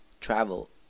travel